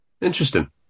Interesting